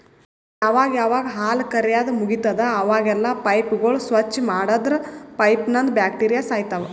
ಯಾವಾಗ್ ಯಾವಾಗ್ ಹಾಲ್ ಕರ್ಯಾದ್ ಮುಗಿತದ್ ಅವಾಗೆಲ್ಲಾ ಪೈಪ್ಗೋಳ್ ಸ್ವಚ್ಚ್ ಮಾಡದ್ರ್ ಪೈಪ್ನಂದ್ ಬ್ಯಾಕ್ಟೀರಿಯಾ ಸಾಯ್ತವ್